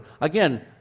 again